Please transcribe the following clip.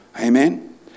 Amen